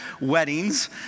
weddings